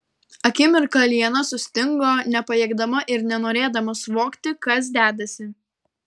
akimirką liana sustingo nepajėgdama ir nenorėdama suvokti kas dedasi